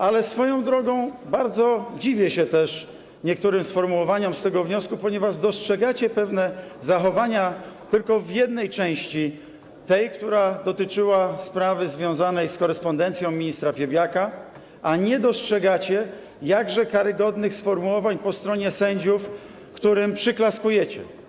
Ale swoją drogą bardzo dziwię się też niektórym sformułowaniom z tego wniosku, ponieważ dostrzegacie pewne zachowania tylko w jednej części, tej, która dotyczyła sprawy związanej z korespondencją ministra Piebiaka, a nie dostrzegacie jakże karygodnych sformułowań po stronie sędziów, którym przyklaskujecie.